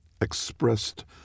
expressed